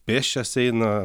pėsčias eina